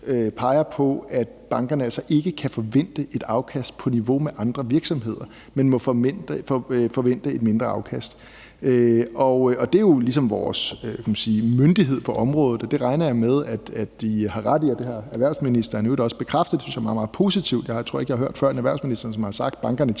peger på, at bankerne altså ikke kan forvente et afkast på niveau med andre virksomheder, men må forvente et mindre afkast. Det er jo ligesom vores, kan man sige, myndighed på området, og det regner jeg med at de har ret i, og det har erhvervsministeren i øvrigt også bekræftet, og det synes jeg er meget, meget positivt; jeg tror ikke, jeg før har hørt en erhvervsminister sige, at bankerne